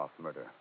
murder